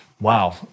Wow